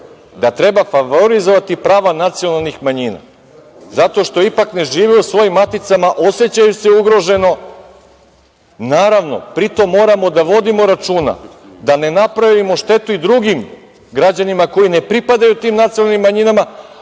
da treba favorizovati prava nacionalnih manjina, zato što ipak ne žive u svojim maticama, osećaju se ugroženo. Naravno, pritom moramo da vodimo računa da ne napravimo štetu i drugim građanima koji ne pripadaju tim nacionalnim manjinama,